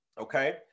Okay